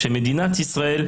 שמדינת ישראל,